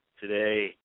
today